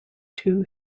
too